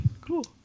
Cool